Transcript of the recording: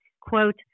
Quote